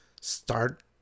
start